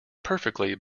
perfectly